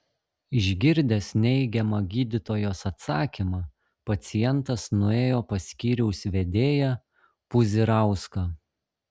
išgirdęs neigiamą gydytojos atsakymą pacientas nuėjo pas skyriaus vedėją puzirauską